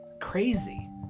crazy